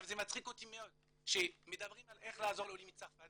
זה מצחיק אותי מאוד שמדברים על איך לעזור לעולים מצרפת